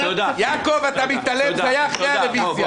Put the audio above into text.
יעקב, אתה מתעלם, זה היה אחרי הרוויזיה.